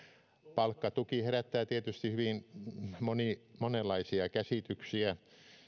palkkatuki herättää tietysti hyvin monenlaisia käsityksiä